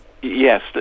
Yes